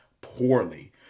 poorly